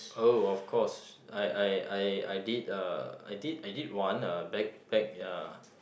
oh of course I I I I did uh I did I did one uh backpack ya